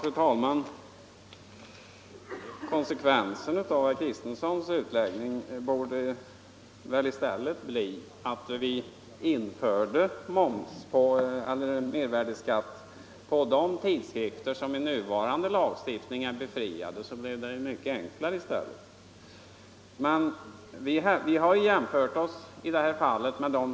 Fru talman! Konsekvensen av herr Kristensons utläggning blir att vi i stället borde införa mervärdeskatt på de tidskrifter som enligt nuvarande lagstiftning är befriade, för då blev det mycket enklare. Vi har i det här fallet gjort jämförelser med de grupper som är befriade.